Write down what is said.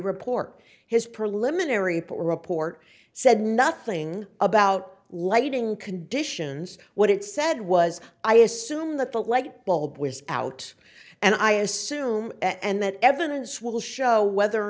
report his preliminary report said nothing about lighting conditions what it said was i assume that the light bulb was out and i assume and that evidence will show whether or